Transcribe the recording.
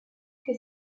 que